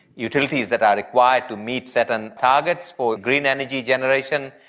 utilities that are required to meet certain targets for green energy generation,